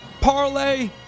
Parlay